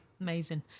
Amazing